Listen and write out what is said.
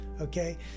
Okay